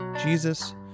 Jesus